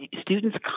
Students